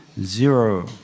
zero